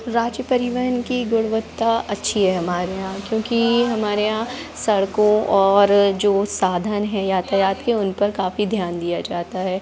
राज्य परिवहन की गुणवत्ता अच्छी है हमारे यहाँ क्योंकि हमारे यहाँ सड़कों और जो साधन है यातायात के उनपर काफ़ी ध्यान दिया जाता है